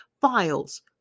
files